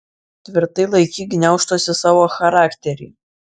tvirtai laikyk gniaužtuose savo charakterį